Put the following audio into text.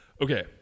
Okay